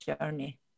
journey